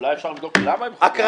אולי אפשר לבדוק למה --- הקראה.